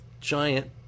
giant